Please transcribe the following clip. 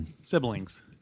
Siblings